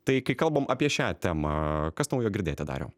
tai kai kalbam apie šią temą kas naujo girdėti dariau